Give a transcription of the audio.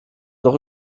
doch